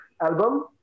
album